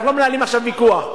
אבל אנחנו לא מנהלים עכשיו ויכוח.